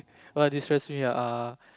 what destress me ah uh